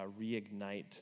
reignite